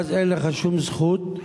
אז אין לך שום זכות,